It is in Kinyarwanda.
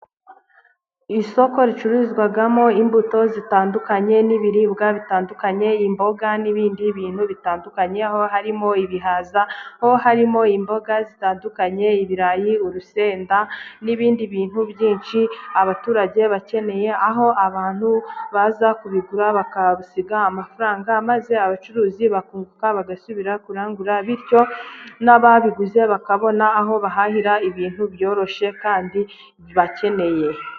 Isoko ricuzwamo imbuto zitandukanye n'ibiribwa bitandukanye . Imboga n'ibindi bintu bitandukanye, aho harimo ibihaza, harimo imboga zitandukanye, ibirayi , urusenda, n'ibindi bintu byinshi abaturage bakeneye . Aho abantu baza ku bigura, bagasiga amafaranga , maze abacuruzi bakunguka , bagasubira kurangura . Bityo, ababiguze bakabona aho bahahira ibintu byoroshye , kandi, bakeneye.